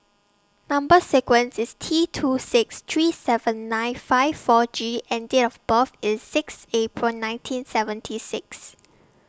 Number sequence IS T two six three seven nine five four G and Date of birth IS six April nineteen seventy six